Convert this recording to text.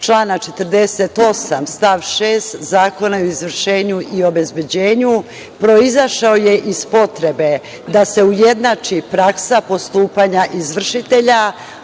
člana 48. stav 6. Zakona o izvršenje i obezbeđenju proizašao je iz potrebe da se ujednači praksa postupanja izvršitelja,